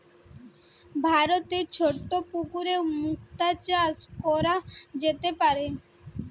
ভারতে ছোট পুকুরেও মুক্তা চাষ কোরা যেতে পারে